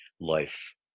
life